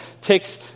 takes